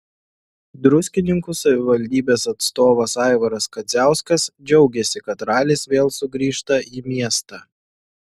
druskininkų savivaldybės atstovas aivaras kadziauskas džiaugėsi kad ralis vėl sugrįžta į miestą